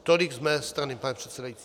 Tolik z mé strany, pane předsedající.